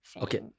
Okay